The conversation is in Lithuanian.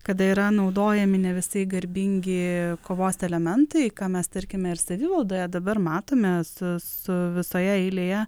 kada yra naudojami ne visai garbingi kovos elementai ką mes tarkime ir savivaldoje dabar matome su su visoje eilėje